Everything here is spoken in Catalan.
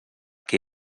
que